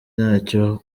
ntacyo